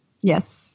Yes